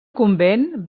convent